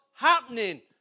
happening